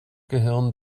gehirn